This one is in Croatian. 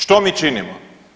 Što mi činimo?